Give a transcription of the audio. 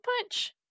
Punch